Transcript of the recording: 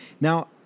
Now